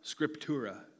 scriptura